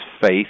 faith